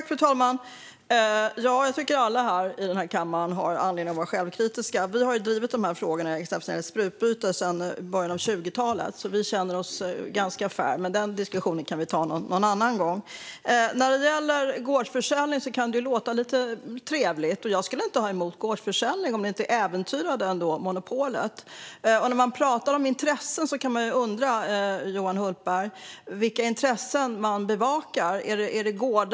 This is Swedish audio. Fru talman! Jag tycker att alla i kammaren har anledning att vara självkritiska. Vänsterpartiet har drivit frågor om bland annat sprututbyte sedan början av 2000-talet, så vi känner oss ganska fair. Men den diskussionen kan vi ta en annan gång. Gårdsförsäljning låter trevligt, och jag skulle inte ha något emot det om det inte äventyrade monopolet. På tal om intressen kan jag undra vilka intressen man bevakar, Johan Hultberg.